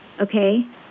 okay